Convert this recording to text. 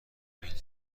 بیل